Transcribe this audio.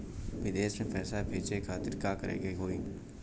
विदेश मे पैसा भेजे खातिर का करे के होयी?